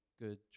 good